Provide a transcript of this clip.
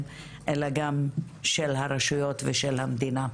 לא רק של המשפחה שלהם אלא גם של הרשויות ושל המדינה.